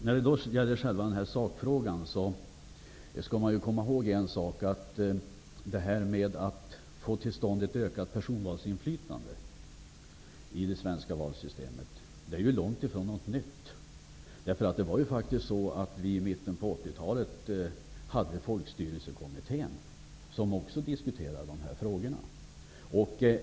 Men man skall komma ihåg en sak som gäller själva sakfrågan, nämligen att viljan att få till stånd ett ökat personvalsinflytande i det svenska valsystemet är långt ifrån ny. Redan i mitten av 80-talet diskuterade Folkstyrelsekommittén de här frågorna.